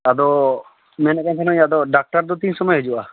ᱟᱫᱚ ᱢᱮᱱᱮᱫ ᱠᱟᱱ ᱛᱟᱦᱮᱱᱟᱹᱧ ᱟᱫᱚ ᱰᱟᱠᱛᱟᱨ ᱫᱚ ᱛᱤᱱ ᱥᱚᱢᱳᱭᱮ ᱦᱤᱡᱩᱜᱼᱟ